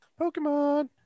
Pokemon